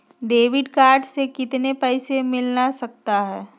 Debit card से कितने पैसे मिलना सकता हैं?